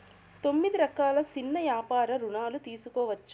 తొమ్మిది రకాల సిన్న యాపార రుణాలు తీసుకోవచ్చు